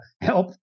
help